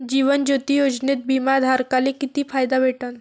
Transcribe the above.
जीवन ज्योती योजनेत बिमा धारकाले किती फायदा भेटन?